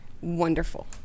wonderful